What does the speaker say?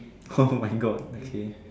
oh my God okay